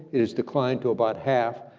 it has declined to about half,